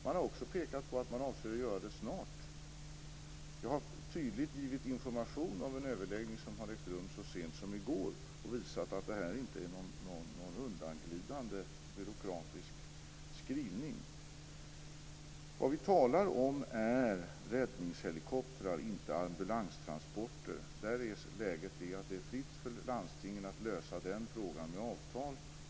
Man har också pekat på att man avser att göra det snart. Jag har tydligt givit information om en överläggning som ägde rum så sent som i går och visat att detta inte är någon undanglidande byråkratisk skrivning. Vad vi talar om är räddningshelikoptrar, inte ambulanstransporter. Det är fritt för landstingen att lösa den frågan med avtal.